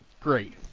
Great